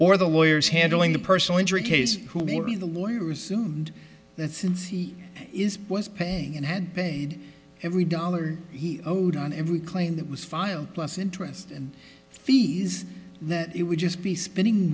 or the lawyers handling the personal injury case who may be the lawyers and that since he is was paying and had paid every dollar he owed on every claim that was filed plus interest and fees it would just be spinning